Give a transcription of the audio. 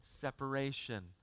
separation